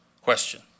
question